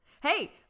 hey